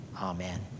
Amen